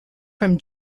from